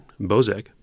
Bozek